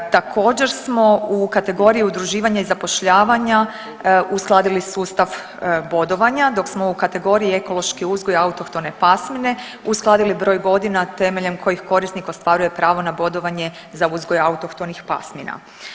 Također smo u kategoriji udruživanja i zapošljavanja uskladili sustav bodovanja, dok smo u kategoriji ekološki uzgoj autohtone pasmine uskladili broj godina temeljem kojih korisnik ostvaruje pravo na bodovanje za uzgoj autohtonih pasmina.